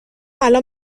الان